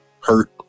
hurt